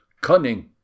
cunning